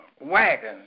wagons